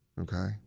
Okay